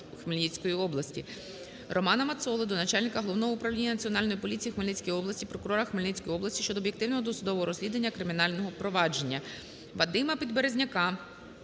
РоманаМацоли до начальника Головного управління Національної поліції в Хмельницькій області, прокурора Хмельницької області щодо об'єктивного досудового розслідування кримінального провадження.